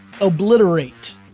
obliterate